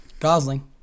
Gosling